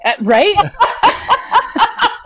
Right